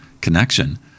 connection